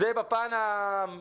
זה לגבי הפן המהותי.